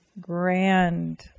grand